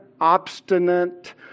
obstinate